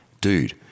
dude